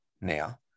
now